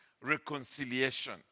reconciliation